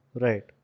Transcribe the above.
Right